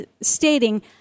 stating